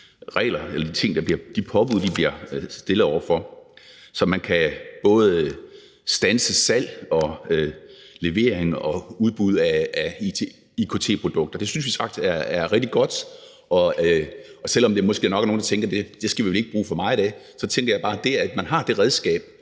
regler og alle ting, de påbud, de bliver stillet over for, så man både kan standse salg og levering og udbud af IKT-produkter. Det synes vi faktisk er rigtig godt, og selv om der måske nok er nogle, der tænker, at vi vel ikke skal bruge for meget af det, så tænker jeg bare, at det, at man har det redskab,